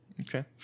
Okay